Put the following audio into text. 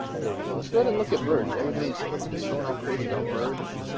there you go. let's go ahead and look at verge. everybody's going all crazy about verge